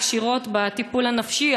הקשירות בטיפול הנפשי,